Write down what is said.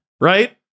Right